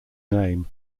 name